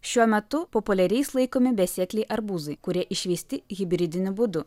šiuo metu populiariais laikomi besėkliai arbūzai kurie išveisti hibridiniu būdu